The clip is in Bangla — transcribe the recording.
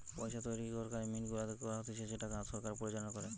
পইসা তৈরী সরকারি মিন্ট গুলাতে করা হতিছে যেটাকে সরকার পরিচালনা করে